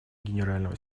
генерального